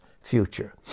future